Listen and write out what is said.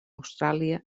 austràlia